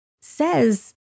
says